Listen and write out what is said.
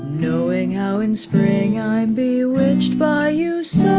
knowing how in spring i'm bewitched by you so?